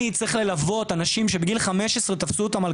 אני צריך ללוות אנשים שבגיל 15 תפסו אותם על